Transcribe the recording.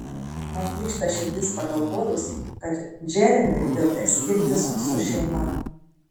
man plyšta širdis pagalvojus kad džeremiui vėl teks skirtis su šeima